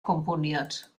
komponiert